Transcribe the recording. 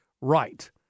right